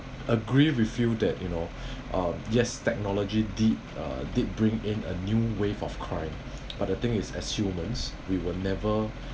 agree with you that you know uh yes technology did uh did bring in a new wave of crime but the thing is as humans we will never